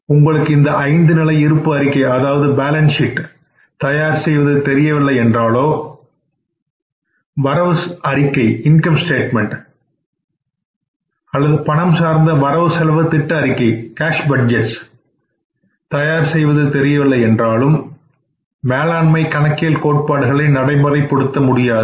உங்களுக்கு ஐந்தொகை இருப்பு நிலை அறிக்கை தயார் செய்வது தெரியவில்லை என்றாலோ வரவு அறிக்கை அல்லது கேஷ் பட்ஜெட் தயார் செய்வது தெரியவில்லை என்றாலும் மேலாண்மை கணக்கியல் கோட்பாடுகளை நடைமுறைப்படுத்த முடியாது